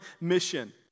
mission